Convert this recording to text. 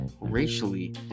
racially